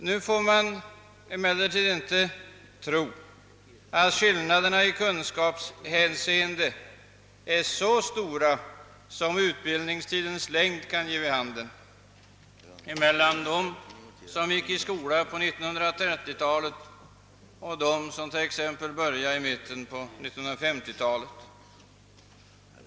Nu får man emellertid inte tro att skillnaderna i kunskapshänseende är så stora som utbildningstidens längd kan ge vid handen mellan dem som gick i skola på 1930-talet och de ungdomar som t.ex. började skolgången i mitten av 1950-talet.